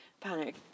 Panic